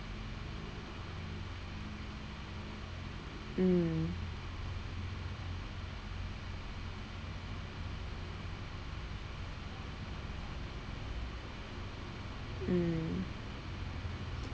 mm mm